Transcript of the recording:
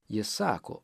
jis sako